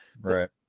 Right